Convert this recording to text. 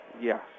Yes